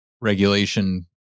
regulation